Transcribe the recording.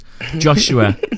Joshua